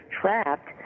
trapped